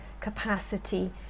capacity